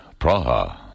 Praha